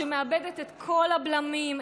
שמאבדת את כל הבלמים,